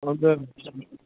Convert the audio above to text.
अन्त